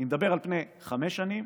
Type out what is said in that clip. על פני חמש שנים,